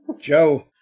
Joe